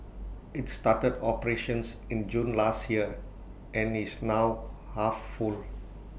IT started operations in June last year and is now half full